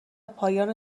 پایان